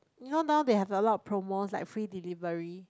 you know now they have a lot of promos like free delivery